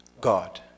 God